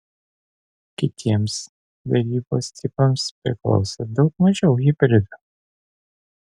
kitiems darybos tipams priklauso daug mažiau hibridų